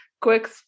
quick